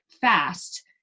fast